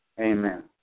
Amen